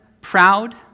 proud